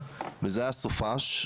וזה היה סופ"ש,